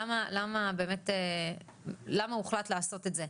למה באמת הוחלט לעשות את זה.